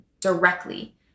directly